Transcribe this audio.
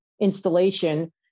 installation